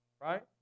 Right